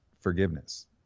forgiveness